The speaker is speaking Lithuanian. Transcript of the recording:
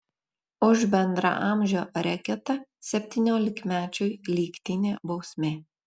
už bendraamžio reketą septyniolikmečiui lygtinė bausmė